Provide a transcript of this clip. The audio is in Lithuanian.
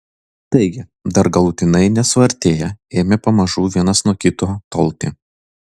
taigi dar galutinai nesuartėję ėmė pamažu vienas nuo kito tolti